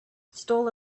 stall